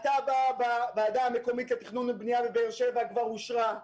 התב"ע בוועדה המקומית לתכנון ובנייה בבאר שבע כבר אושרה,